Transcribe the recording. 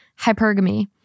hypergamy